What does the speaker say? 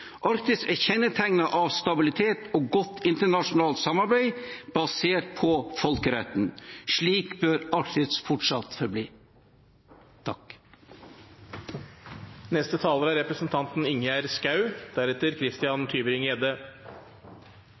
Arktis er kjennetegnet av stabilitet og godt internasjonalt samarbeid, basert på folkeretten. Slik bør Arktis forbli.